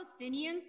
Palestinians